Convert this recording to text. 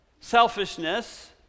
selfishness